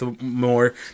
more